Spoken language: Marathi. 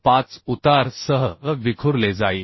5 उतार सह विखुरले जाईल